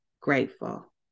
grateful